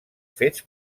fets